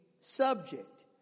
subject